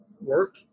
work